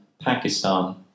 Pakistan